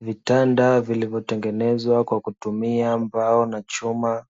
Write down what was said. Vitanda vilivyotengenezwa kwa kutumia mbao na chuma,